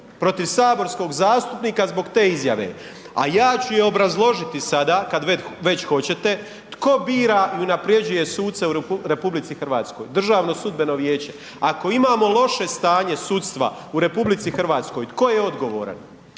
protiv saborskog zastupnika zbog te izjave, a ja ću je obrazložiti sada kad već hoćete, tko bira i unapređuje suce u RH? DSV. Ako imamo loše stanje sudstva u RH tko je odgovoran?